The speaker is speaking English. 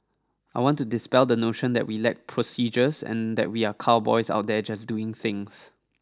I want to dispel the notion that we lack procedures and that we are cowboys out there just doing things